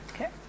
Okay